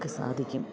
ഒക്കെ സാധിക്കും